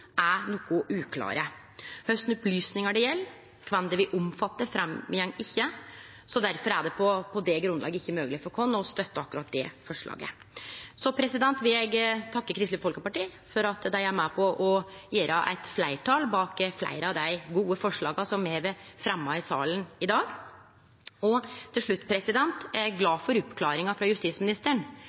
er noko uklare. Kva for opplysningar det gjeld, og kven det vil omfatte, går ikkje fram, og på det grunnlaget er det ikkje mogleg for oss å støtte akkurat det forslaget. Eg vil takke Kristeleg Folkeparti for at dei er med på å danne eit fleirtal bak fleire av dei gode forslaga som me har fremja i salen i dag. Til slutt: Eg er glad for oppklaringa frå justisministeren